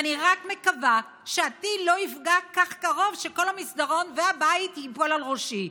ואני רק מקווה שהטיל לא יפגע קרוב כך שכל המסדרון והבית ייפול על ראשי.